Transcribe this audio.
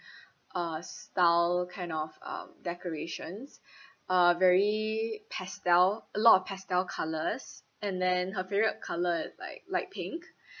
uh style kind of um decorations uh very pastel a lot of pastel colours and then her favourite colour like light pink